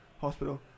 Hospital